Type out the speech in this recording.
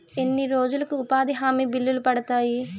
ఎన్ని రోజులకు ఉపాధి హామీ బిల్లులు పడతాయి?